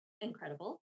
incredible